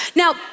Now